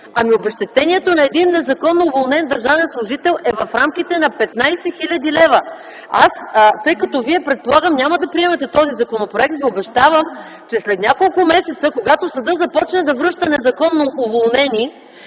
Ами обезщетението на един законно уволнен държавен служител е в рамките на 15 хил. лв. Тъй като Вие предполагам няма да приемете този законопроект Ви обещавам, че след няколко месеца, когато съдът започне да връща незаконно уволнени